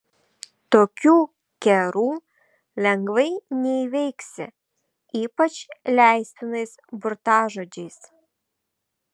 tokių kerų lengvai neįveiksi ypač leistinais burtažodžiais